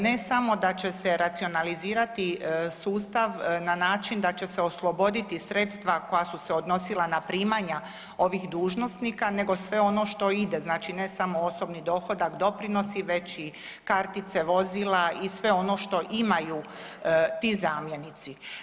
Ne samo da će se racionalizirati sustav na način da će se osloboditi sredstva koja su se odnosila na primanja ovih dužnosnika, nego sve ono što ide, znači ne samo osobni dohodak, doprinosi, već i kartice vozila i sve ono što imaju ti zamjenici.